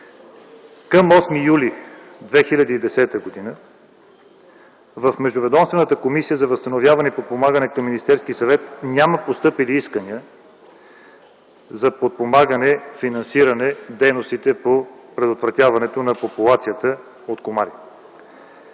Към 8 юли 2010 г. в Междуведомствената комисия за възстановяване и подпомагане към Министерския съвет няма постъпили искания за подпомагане и финансиране дейностите по предотвратяване на популацията от комари.